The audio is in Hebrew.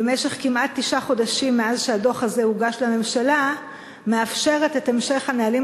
במשך כמעט תשעה חודשים מאז הוגש הדוח הזה לממשלה מאפשרת את המשך הנהלים